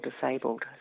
disabled